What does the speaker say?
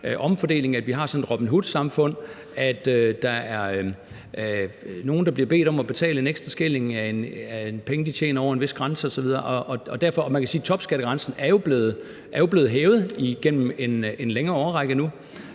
omfordeling, at vi har sådan et Robin Hood-samfund, og at der er nogle, der bliver bedt om at betale en ekstra skilling af det, de tjener over en vis grænse osv. Man kan sige, at topskattegrænsen jo er blevet hævet igennem en længere årrække nu,